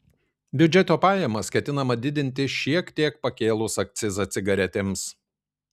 biudžeto pajamas ketinama didinti šiek tiek pakėlus akcizą cigaretėms